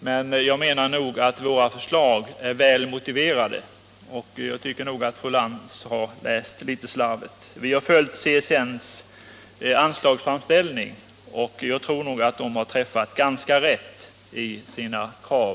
Men jag menar att våra förslag är väl motiverade, och jag tycker nog att fru Lantz har läst litet slarvigt. Vi har följt CSN:s anslagsframställning, och jag tror att CSN har träffat ganska rätt i sina krav.